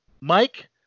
Mike